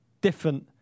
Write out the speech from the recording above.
different